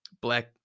black